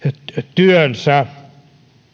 työnsä